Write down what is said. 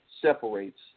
separates